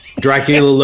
Dracula